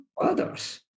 others